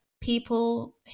people